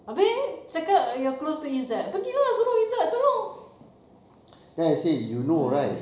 habis cakap you're close to izat pergi lah suruh izat tolong ah